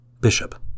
bishop